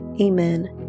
Amen